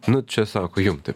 nu čia sako jum taip